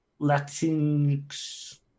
latinx